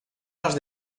las